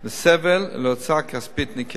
לסבל ולהוצאה כספית ניכרת.